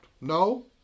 No